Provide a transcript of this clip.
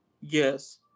Yes